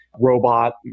robot